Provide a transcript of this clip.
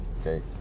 okay